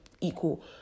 equal